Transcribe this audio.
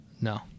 No